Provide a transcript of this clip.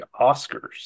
Oscars